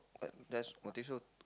that's I think so